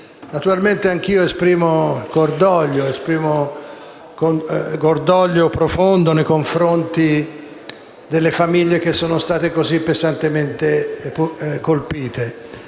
Naturalmente anch'io esprimo profondo cordoglio nei confronti delle famiglie che sono state così pesantemente colpite.